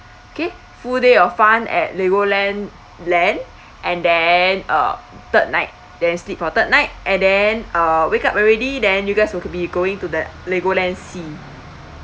okay full day of fun at legoland land and then uh third night then sleep for third night and then uh wake up already then you guys will be going to the legoland sea